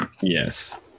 Yes